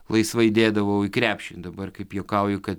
laisvai dėdavau į krepšį dabar kaip juokauju kad